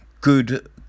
good